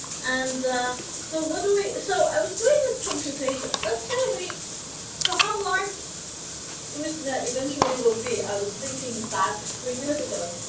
and so what do we so, i was doing this computation. let's say we so how large imagenet eventually will be? i was thinking that three years ago.